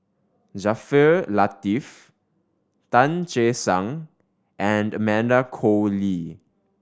Jaafar Latiff Tan Che Sang and Amanda Koe Lee